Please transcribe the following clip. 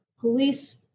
police